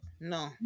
no